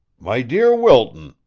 my dear wilton,